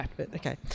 Okay